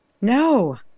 No